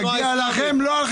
מגיע לנו.